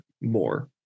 more